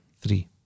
Three